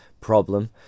problem